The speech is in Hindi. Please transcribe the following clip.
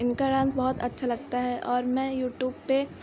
इनका डान्स बहुत अच्छा लगता है और मैं यूट्यूब पर